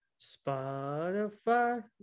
spotify